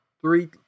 three